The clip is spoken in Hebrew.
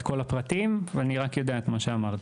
כל הפרטים ואני רק יודע את מה שאמרתי.